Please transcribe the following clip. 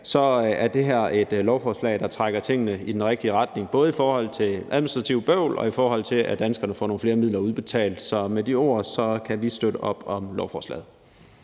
er det her et lovforslag, der trækker tingene i den rigtige retning, både i forhold til administrativt bøvl, og i forhold til at danskerne får flere midler udbetalt. Med de ord kan vi støtte op om lovforslaget.